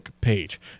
page